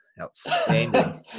Outstanding